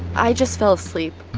i just fell asleep.